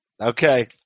Okay